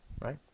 right